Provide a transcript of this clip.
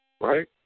right